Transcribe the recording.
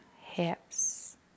hips